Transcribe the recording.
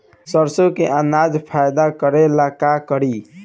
सरसो के अनाज फायदा करेला का करी?